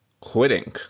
quitting